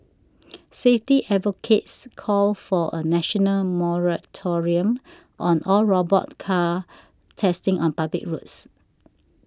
safety advocates called for a national moratorium on all robot car testing on public roads